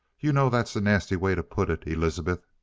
you know that's a nasty way to put it, elizabeth.